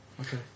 Okay